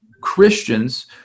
Christians